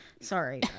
sorry